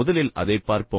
முதலில் அதைப் பார்ப்போம்